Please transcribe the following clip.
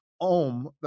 Om